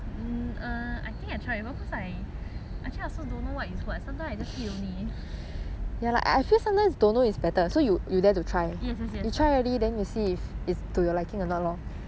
actually I also don't know what is what sometimes I just eat only yes yes ya that's why but err I think